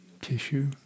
tissue